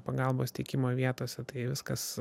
pagalbos teikimo vietose tai viskas